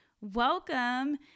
welcome